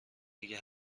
دیگه